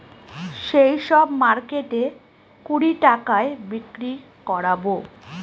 সেই সব মার্কেটে কুড়ি টাকায় বিক্রি করাবো